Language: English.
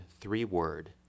three-word